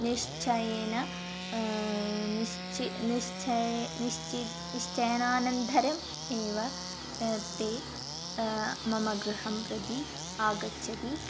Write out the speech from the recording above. निश्चयेन निश्चि निश्चये निश्चितनिश्चयानन्तरम् एव ते मम गृहं प्रति आगच्छति